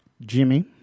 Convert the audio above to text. Jimmy